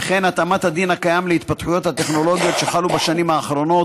וכן התאמת הדין הקיים להתפתחויות הטכנולוגיות שחלו בשנים האחרונות,